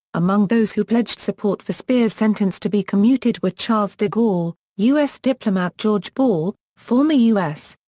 among those who pledged support for speer's sentence to be commuted were charles de gaulle, u s. diplomat george ball, former u s.